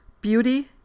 Beauty